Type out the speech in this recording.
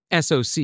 SOC